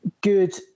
good